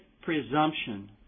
presumption